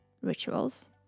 rituals